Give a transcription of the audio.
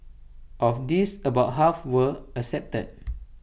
of these about half were accepted